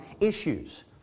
issues